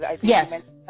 Yes